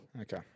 Okay